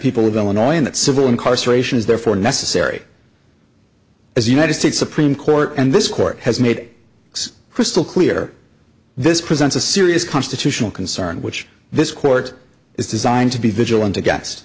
people of illinois in that civil incarceration is therefore necessary as united states supreme court and this court has made it's crystal clear this presents a serious constitutional concern which this court is designed to be vigilant